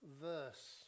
verse